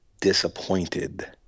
disappointed